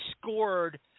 scored